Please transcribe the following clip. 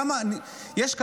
כמה יש?